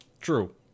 True